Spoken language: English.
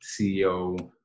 CEO